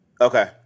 Okay